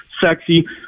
sexy